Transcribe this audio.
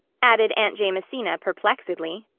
added aunt jamesina perplexedly,